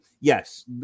yes